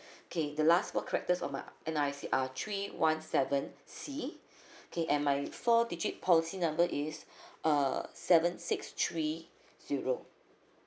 okay the last four character of my N_R_I_C are three one seven C okay and my four digit policy number is uh seven six three zero